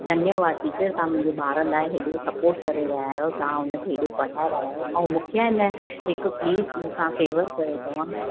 धन्यवाद टीचर तव्हां मुंहिंजे ॿार लाइ हेॾो सपोर्ट करे रहिया आहियो तव्हां हुनखे हेॾो पढ़ाए रहिया आयो ऐं मूंखे हिन हिकु प्लीज़ मूंखां फेवर कयो तव्हां